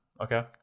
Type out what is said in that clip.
okay